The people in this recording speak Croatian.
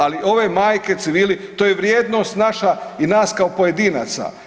Ali ove majke, civili to je vrijednost naša i nas kao pojedinaca.